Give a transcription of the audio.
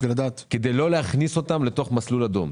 כדי לא להכניס אותם למסלול אדום.